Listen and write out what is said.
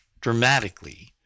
dramatically